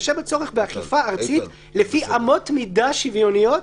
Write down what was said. "בהתחשב בצורך באכיפה ארצית לפי אמות מידה שוויוניות"